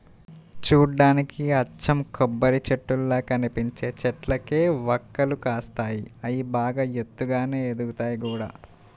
చూడ్డానికి అచ్చం కొబ్బరిచెట్టుల్లా కనిపించే చెట్లకే వక్కలు కాస్తాయి, అయ్యి బాగా ఎత్తుగానే ఎదుగుతయ్ గూడా